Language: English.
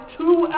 two